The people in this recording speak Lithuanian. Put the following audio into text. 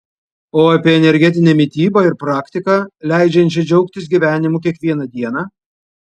o apie energetinę mitybą ir praktiką leidžiančią džiaugtis gyvenimu kiekvieną dieną